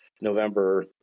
November